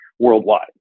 worldwide